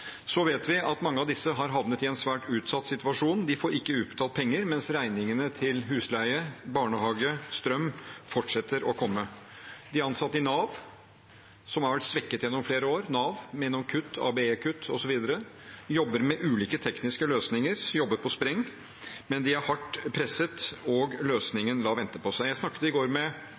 Så vet vi at mange av disse har havnet i en svært utsatt situasjon. De får ikke utbetalt penger, men regningene til husleie, barnehage og strøm fortsetter å komme. Nav, som har vært svekket gjennom flere år, gjennom ABE-kutt osv., jobber med ulike tekniske løsninger. De ansatte jobber på spreng, men de er hardt presset, og løsningen lar vente på seg. Jeg snakket i